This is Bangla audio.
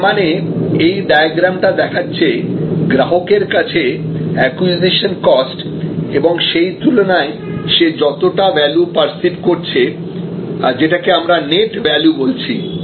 তার মানে এই ডায়াগ্রাম টা দেখাচ্ছে গ্রাহকের কাছে অ্যাকুইজিশন কস্ট এবং সেই তুলনায় সে যতটা ভ্যালু পার্সিভ করছে যেটাকে আমরা নেট ভ্যালু বলছি